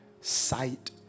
sight